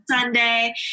Sunday